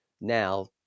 Now